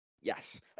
Yes